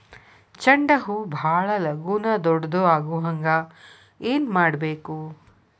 ಚಂಡ ಹೂ ಭಾಳ ಲಗೂನ ದೊಡ್ಡದು ಆಗುಹಂಗ್ ಏನ್ ಮಾಡ್ಬೇಕು?